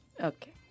Okay